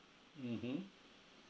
mmhmm